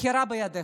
הבחירה בידיך.